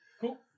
Cool